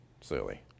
silly